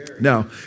Now